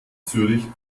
zürich